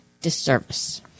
disservice